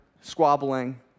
squabbling